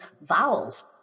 vowels